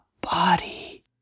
body